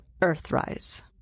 Earthrise